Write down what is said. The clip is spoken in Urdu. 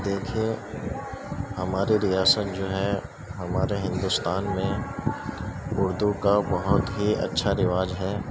دیکھیے ہماری ریاست جو ہے ہمارے ہندوستان میں اردو کا بہت ہی اچھا رواج ہے